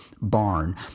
barn